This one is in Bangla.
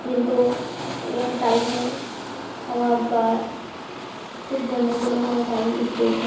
কিন্তু টাইমের অভাব বা সের জন্যে কোনো কোনো টাইম স্পিডে লেখা